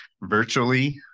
virtually